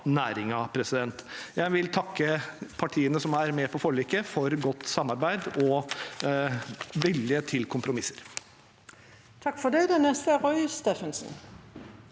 Jeg vil takke partiene som er med på forliket, for godt samarbeid og vilje til kompromisser.